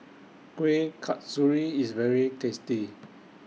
Kuih Kasturi IS very tasty